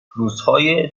روزهای